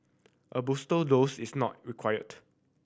a booster dose is not required